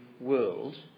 world